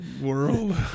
world